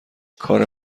کار